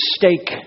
mistake